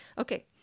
Okay